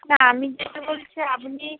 না আমি যেটা বলছি আপনি